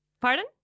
Pardon